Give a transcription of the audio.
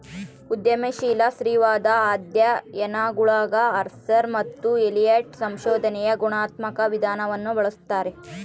ಉದ್ಯಮಶೀಲ ಸ್ತ್ರೀವಾದದ ಅಧ್ಯಯನಗುಳಗಆರ್ಸರ್ ಮತ್ತು ಎಲಿಯಟ್ ಸಂಶೋಧನೆಯ ಗುಣಾತ್ಮಕ ವಿಧಾನವನ್ನು ಬಳಸ್ತಾರೆ